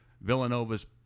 Villanova's